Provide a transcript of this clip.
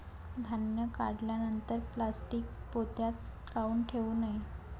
धान्य काढल्यानंतर प्लॅस्टीक पोत्यात काऊन ठेवू नये?